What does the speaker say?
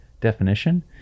definition